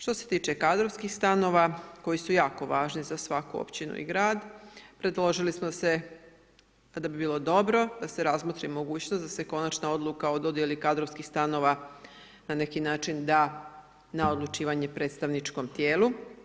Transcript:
Što se tiče kadrovskih stanova koji su jako važni za svaku općinu i grad, predložili smo se da bi bilo dobro da se razmotri mogućnost da se konačna odluka o dodjeli kadrovskih stanova na neki način da na odlučivanje predstavničkom tijelu.